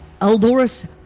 Eldorus